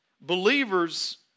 believers